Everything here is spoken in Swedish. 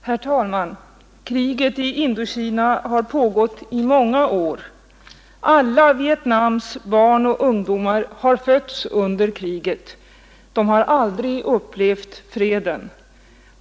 Herr talman! Kriget i Indokina har pågått i många år. Alla Vietnams barn och ungdomar har fötts under kriget. De har aldrig upplevt freden.